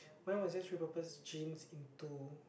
mine was just repurpose jeans into